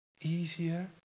easier